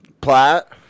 Platt